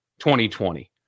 2020